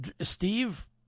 Steve